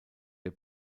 der